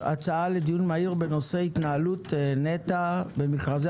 הצעה לדיון מהיר בנושא: "התנהלות נת"ע במכרזי